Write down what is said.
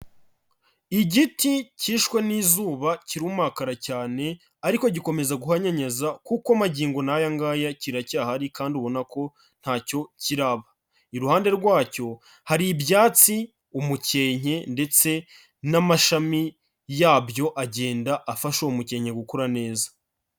Igiti kishwe n'izuba kirumakara cyane ariko gikomeza guhanyanyaza kuko magingo na'aya ngaya kiracyahari kandi ubona ko nta cyo kiraba, iruhande rwacyo hari ibyatsi, umukenke ndetse n'amashami yabyo agenda afasha uwo mukenke gukura neza.